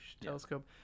telescope